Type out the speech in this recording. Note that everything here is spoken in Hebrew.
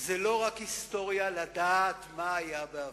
זה לא רק היסטוריה, לדעת מה היה בעבר.